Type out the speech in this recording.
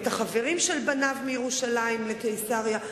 את החברים של בניו מירושלים לקיסריה.